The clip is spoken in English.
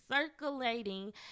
circulating